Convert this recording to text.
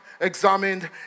examined